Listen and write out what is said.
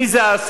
מי זה האספסוף?